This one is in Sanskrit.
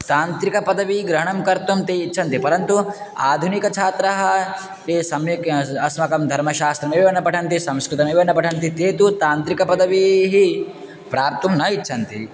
तान्त्रिकपदवीग्रहणं कर्तुं ते इच्छन्ति परन्तु आधुनिकछात्राः ये सम्यक् अस्माकं धर्मशास्त्रमेव न पठन्ति संस्कृतमेव न पठन्ति ते तु तान्त्रिकपदवीं प्राप्तुं न इच्छन्ति